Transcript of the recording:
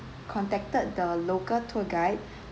contacted the local tour guide